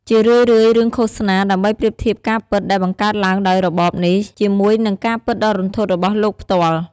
ជារឿយៗរឿងឃោសនា ដើម្បីប្រៀបធៀបការពិតដែលបង្កើតឡើងដោយរបបនេះជាមួយនឹងការពិតដ៏រន្ធត់របស់លោកផ្ទាល់។